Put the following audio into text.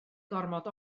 gormod